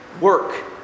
Work